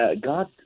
God